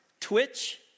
Twitch